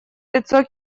лицо